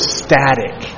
static